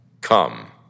come